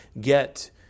get